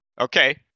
Okay